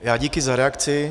Já díky za reakci.